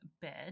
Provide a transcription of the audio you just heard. bed